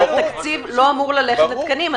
התקציב לא אמור ללכת לתקנים.